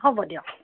হ'ব দিয়ক